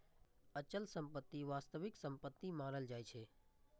अचल संपत्ति वास्तविक संपत्ति मानल जाइ छै